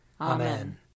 Amen